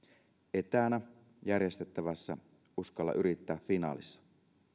etänä järjestettävässä uskalla yrittää finaalissa